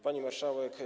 Pani Marszałek!